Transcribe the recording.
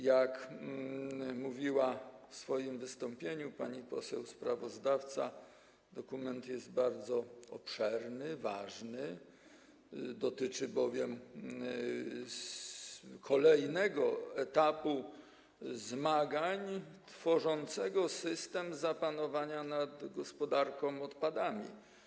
Jak mówiła w swoim wystąpieniu pani poseł sprawozdawca, dokument jest bardzo obszerny, ważny, dotyczy bowiem kolejnego etapu zmagań tworzącego system zapanowania nad gospodarką odpadami.